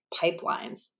pipelines